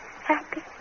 Happy